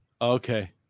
Okay